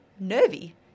nervy